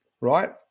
right